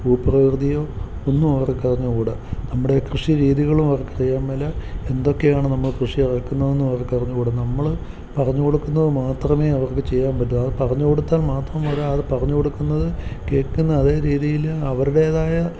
ഭൂപ്രകൃതിയോ ഒന്നും അവർക്കറിഞ്ഞുകൂടാ നമ്മുടെ കൃഷിരീതികളും അവർക്കറിയാൻ മേല എന്തൊക്കെയാണ് നമ്മൾ കൃഷിയിറക്കുന്നതെന്നും അവർക്കറിഞ്ഞുകൂടാ നമ്മൾ പറഞ്ഞുകൊടുക്കുന്നത് മാത്രമേ അവർക്ക് ചെയ്യാൻ പറ്റൂ ആ പറഞ്ഞു കൊടുത്താൽ മാത്രം പോരാ അത് പറഞ്ഞുകൊടുക്കുന്നത് കേൾക്കുന്ന അതേ രീതിയിൽ അവരുടേതായ